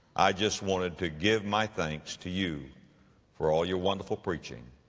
i just wanted to give my thanks to you for all your wonderful preaching.